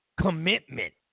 commitment